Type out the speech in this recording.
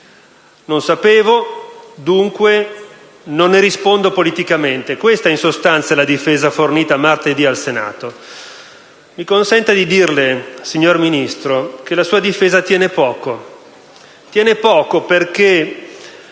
Non sapevo, dunque non ne rispondo politicamente: questa, in sostanza, è la difesa fornita martedì al Senato. Mi consenta di dirle, signor Ministro, che la sua difesa tiene poco, perché